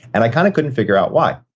and i kind of couldn't figure out why.